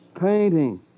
Painting